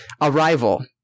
Arrival